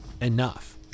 enough